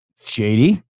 Shady